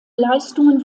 leistungen